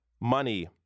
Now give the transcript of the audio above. money